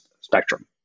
spectrum